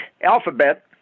alphabet